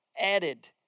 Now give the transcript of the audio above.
added